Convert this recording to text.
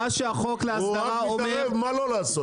מה שהחוק להסדרה אומר --- הוא רק מתערב מה לא לעשות.